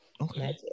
Okay